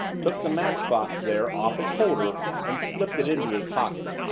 took the matchbox there off its holder and slipped it into his pocket.